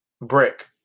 Brick